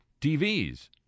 TVs